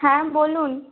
হ্যাঁ বলুন